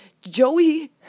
Joey